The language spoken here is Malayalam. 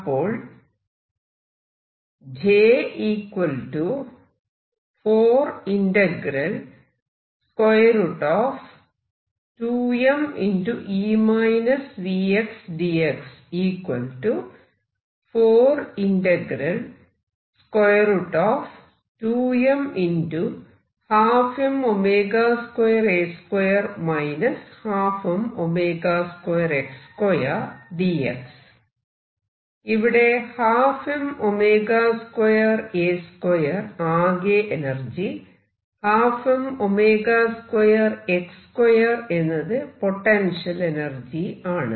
അപ്പോൾ ഇവിടെ 12m2A2 ആകെ എനർജി 12m2x 2 എന്നത് പൊട്ടൻഷ്യൽ എനർജി ആണ്